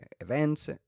events